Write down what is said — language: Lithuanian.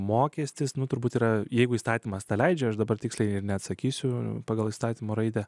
mokestis nuo turbūt yra jeigu įstatymas tą leidžia aš dabar tiksliai neatsakysiu pagal įstatymo raidę